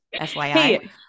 FYI